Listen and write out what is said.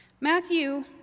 Matthew